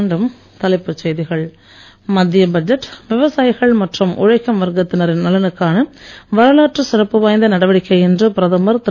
மீண்டும் தலைப்புச் செய்திகள் மத்திய பட்ஜெட் விவசாயிகள் மற்றும் உழைக்கும் வர்க்கத்தினரின் நலனுக்கான வரலாற்று சிறப்பு வாய்ந்த நடவடிக்கை என்று பிரதமர் திரு